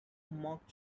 mock